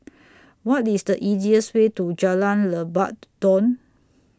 What IS The easiest Way to Jalan Lebat Daun